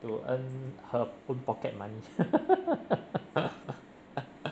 to earn her own pocket money